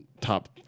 top